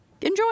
enjoy